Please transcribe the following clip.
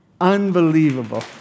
Unbelievable